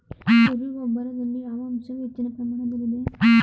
ಕುರಿ ಗೊಬ್ಬರದಲ್ಲಿ ಯಾವ ಅಂಶವು ಹೆಚ್ಚಿನ ಪ್ರಮಾಣದಲ್ಲಿದೆ?